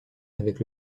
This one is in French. avec